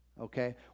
Okay